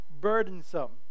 burdensome